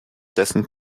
dessen